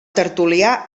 tertulià